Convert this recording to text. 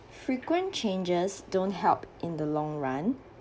frequent changes don't help in the long run